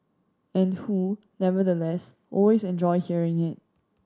and who nevertheless always enjoy hearing it